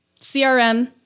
CRM